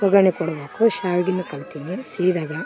ಒಗ್ಗರಣೆ ಕೊಡ್ಬೇಕು ಶಾವ್ಗೆ ಕಲ್ತಿನಿ ಸಿಹಿದಾಗ